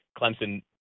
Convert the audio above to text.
Clemson